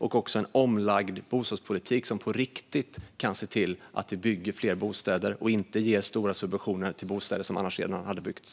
Vi har också en omlagd bostadspolitik som på riktigt kan se till att vi bygger fler bostäder och inte ger stora subventioner till bostäder som ändå skulle ha byggts.